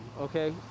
okay